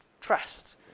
trust